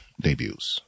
debuts